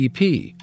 EP